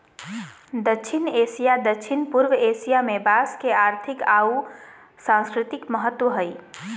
दक्षिण एशिया, दक्षिण पूर्व एशिया में बांस के आर्थिक आऊ सांस्कृतिक महत्व हइ